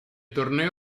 torneo